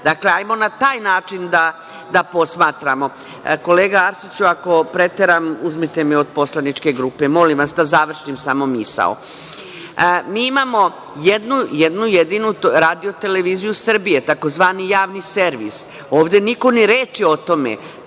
Dakle, hajdemo na taj način da posmatramo. Kolega Arsiću, ako preteram, oduzmite mi od poslaničke grupe. Molim vas, da završim samo misao. Mi imamo jednu jedinu RTS tzv. javni servis. Ovde niko ni reči o tome.